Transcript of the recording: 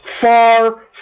far